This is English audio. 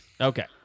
Okay